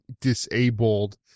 disabled